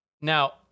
Now